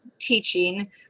teaching